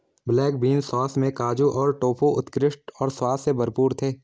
black bean sauce में काजू और टोफू उत्कृष्ट और स्वाद से भरपूर थे